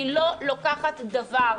אני לא לוקחת דבר.